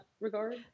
regard